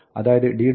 അതായത് d